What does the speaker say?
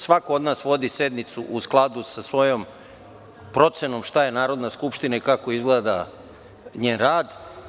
Svako od nas vodi sednicu u skladu sa svojom procenom šta je Narodna skupština i kako izgleda njen rad.